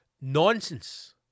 nonsense